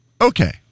Okay